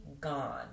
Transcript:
gone